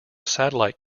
satellite